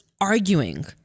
arguing